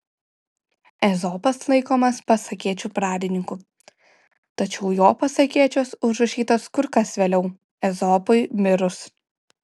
ezopas laikomas pasakėčių pradininku tačiau jo pasakėčios užrašytos kur kas vėliau ezopui mirus